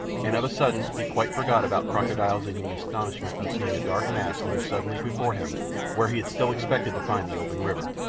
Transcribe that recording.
and of a sudden he quite forgot about crocodiles in the astonishment of seeing a dark mass loom suddenly before him where he had still expected to find the open river.